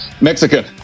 Mexican